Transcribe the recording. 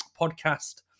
podcast